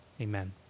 Amen